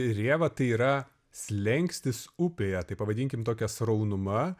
rėva tai yra slenkstis upėje tai pavadinkim tokia sraunuma